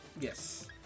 Yes